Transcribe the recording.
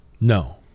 No